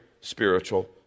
spiritual